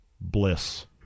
bliss